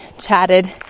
chatted